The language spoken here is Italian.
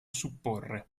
supporre